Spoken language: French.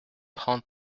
trente